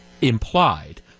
implied